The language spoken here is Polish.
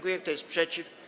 Kto jest przeciw?